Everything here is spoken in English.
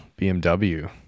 BMW